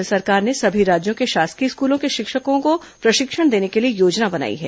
केन्द्र सरकार ने सभी राज्यों के शासकीय स्कूलों के शिक्षकों को प्रशिक्षण के लिए योजना बनाई है